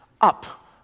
up